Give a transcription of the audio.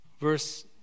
Verse